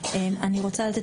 אני לא יכול להבין את